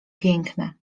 piękne